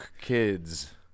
kids